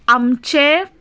आमचें